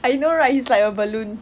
I know right he's like a balloon